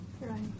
Right